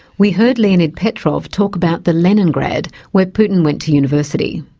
we heard leonid petrov talk about the leningrad where putin went to university.